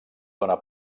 dóna